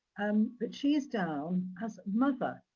um but, she is down as mother.